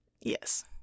Yes